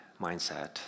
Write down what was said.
mindset